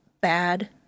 bad